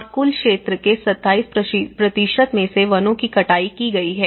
और कुल क्षेत्र के 27 मे से वनों की कटाई की गई है